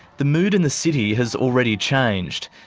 the mood in the city has already changed,